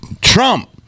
Trump